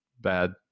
bad